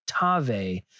Tave